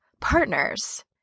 partners